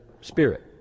Spirit